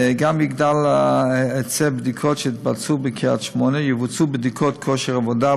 גם יגדל היצע הבדיקות שיתבצעו בקריית-שמונה: יבוצעו בדיקות כושר עבודה,